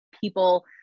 people